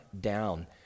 down